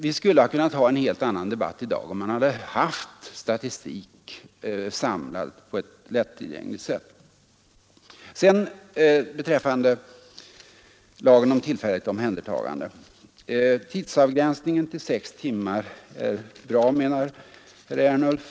Vi skulle ha kunnat föra en helt annan debatt i dag, om vi hade haft en statistik samlad och presenterad på ett lättillgängligt sätt!